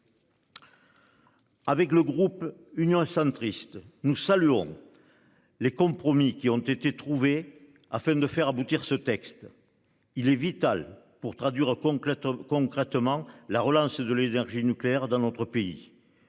Avec le groupe Union centriste. Nous saluons. Les compromis qui ont été trouvées afin de faire aboutir ce texte il est vital pour traduire a conclu concrètement la relance de l'énergie nucléaire dans notre pays.